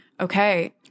okay